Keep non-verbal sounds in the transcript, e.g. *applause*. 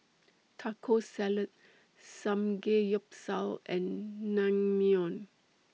*noise* Taco Salad Samgeyopsal and Naengmyeon